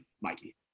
Mikey